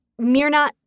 Mirna